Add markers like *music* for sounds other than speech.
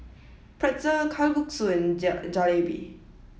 Pretzel Kalguksu and *unintelligible* Jalebi